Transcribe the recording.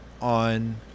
on